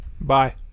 Bye